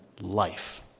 Life